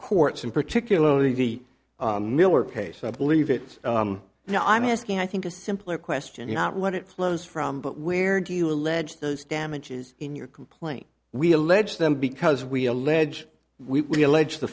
courts and particularly the miller case i believe it is now i'm asking i think a simpler question not what it flows from but where do you allege those damages in your complaint we allege them because we allege we allege the